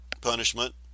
Punishment